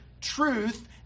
truth